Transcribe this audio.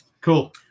Cool